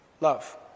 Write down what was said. Love